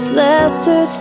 lesser